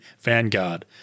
Vanguard